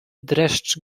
dreszcz